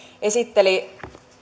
esitteli